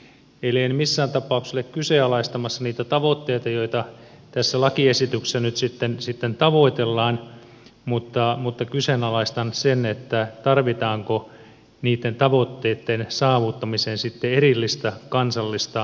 eli en missään tapauksessa ole kyseenalaistamassa niitä tavoitteita joita tässä lakiesityksessä nyt sitten tavoitellaan mutta kyseenalaistan sen tarvitaanko niitten tavoitteitten saavuttamiseen sitten erillistä kansallista lakia